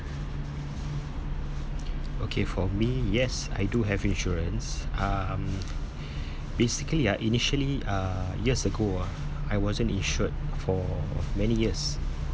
okay for me yes I do have insurance um basically ah initially uh years ago ah I wasn't insured for many years